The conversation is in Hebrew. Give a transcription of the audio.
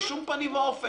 באופן